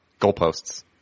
Goalposts